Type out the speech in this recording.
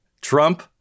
Trump